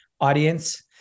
audience